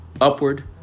upward